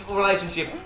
relationship